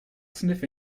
sniff